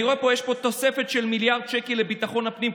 אני רואה שיש פה תוספת של מיליארד שקל לביטחון הפנים,